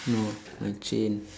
no my chain